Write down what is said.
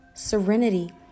serenity